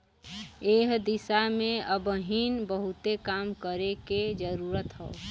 एह दिशा में अबहिन बहुते काम करे के जरुरत हौ